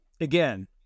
again